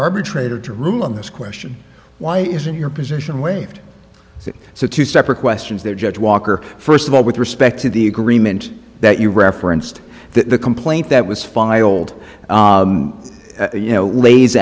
arbitrator to rule on this question why isn't your position waived so two separate questions there judge walker first of all with respect to the agreement that you referenced that the complaint that was filed you know lays